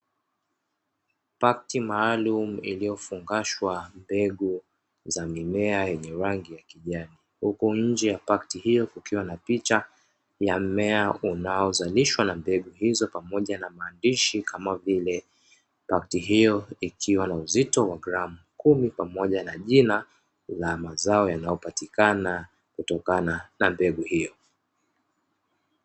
Pakiti maalumu iliyofungashwa mbegu za mimea yenye rangi ya kijani. Huku nje ya pakiti hiyo kukiwa na picha ya mmea unaozalishwa na mbegu hizo; pamoja na maandishi kama vile, pakiti hiyo ikiwa na uzito wa gramu kumi, pamoja na jina la mazao yanayopatikana kutokana na mbegu hiyo.